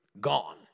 gone